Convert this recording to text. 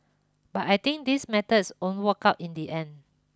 but I think these methods won't work out in the end